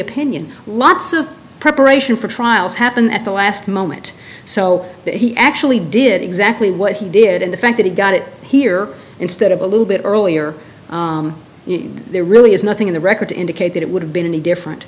opinion lots of preparation for trials happen at the last moment so that he actually did exactly what he did and the fact that he got it here instead of a little bit earlier there really is nothing in the record to indicate that it would have been any different